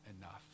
enough